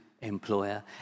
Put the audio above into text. employer